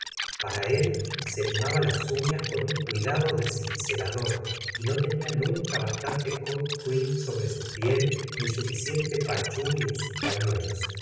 pero él se limaba las uñas con un cuidado de cincelador y no tenía nunca bastante cold cr eam sobre su piel ni suficiente patchouli en sus pañuelos